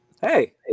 hey